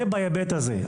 זה בהיבט הזה.